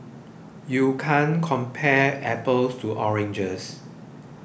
you can't compare apples to oranges